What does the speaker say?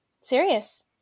serious